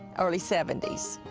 early seventies,